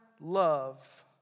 love